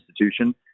institution